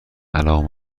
علاقه